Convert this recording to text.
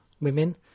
women